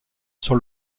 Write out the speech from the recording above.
sur